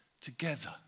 together